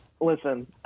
listen